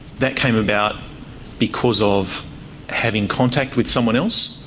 that came about because of having contact with someone else.